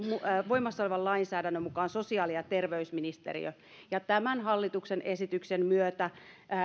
voimassa olevan lainsäädännön mukaan sosiaali ja terveysministeriö ja tämän hallituksen esityksen myötä